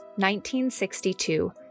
1962